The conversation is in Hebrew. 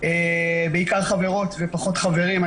בעיקר חברות ופחות חברים.